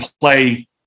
play